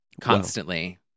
constantly